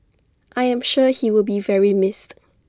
I am sure he will be very missed